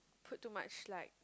put too much like